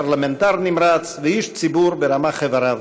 פרלמנטר נמרץ ואיש ציבור ברמ"ח איבריו,